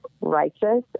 righteous